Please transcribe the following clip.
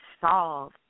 solve